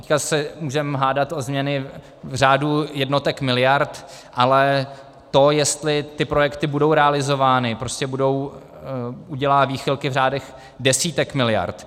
Teď se můžeme hádat o změny v řádu jednotek miliard, ale to, jestli ty projekty budou realizovány, prostě udělá výchylky v řádech desítek miliard.